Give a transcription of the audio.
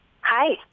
Hi